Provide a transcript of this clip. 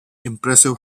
impressive